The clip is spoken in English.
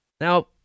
Now